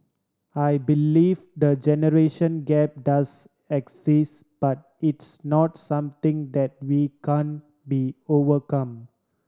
I believe the generation gap does exists but it's not something that we can be overcome